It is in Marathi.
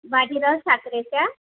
बाजीराव साकरेच्या